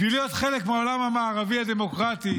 בשביל להיות חלק מהעולם המערבי הדמוקרטי